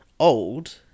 old